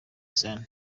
sun